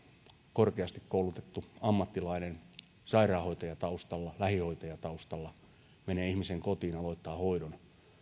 korkeasti koulutettu ammattilainen sairaanhoitajataustalla lähihoitajataustalla menee ihmisen kotiin aloittaa hoidon